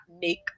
make